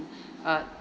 uh